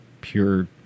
pure